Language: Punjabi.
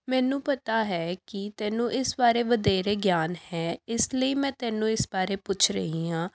ਮੈਨੂੰ ਪਤਾ ਹੈ ਕਿ ਤੈਨੂੰ ਇਸ ਬਾਰੇ ਵਧੇਰੇ ਗਿਆਨ ਹੈ ਇਸ ਲਈ ਮੈਂ ਤੈਨੂੰ ਇਸ ਬਾਰੇ ਪੁੱਛ ਰਹੀ ਹਾਂ